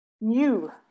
new